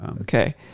okay